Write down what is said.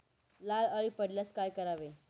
लाल अळी पडल्यास काय करावे?